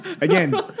Again